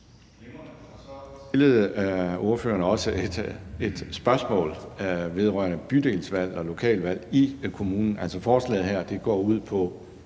Så stillede ordføreren også et spørgsmål vedrørende bydelsvalg og lokalvalg i kommunen. Altså, forslaget her går på